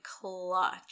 clutch